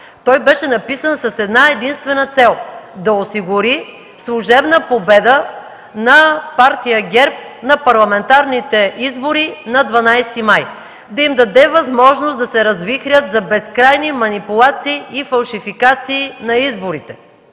Той беше написан с една-единствена цел – да осигури служебна победа на Партия ГЕРБ на парламентарните избори на 12 май, да им даде възможност да се развихрят за безкрайни манипулации и фалшификации на изборите: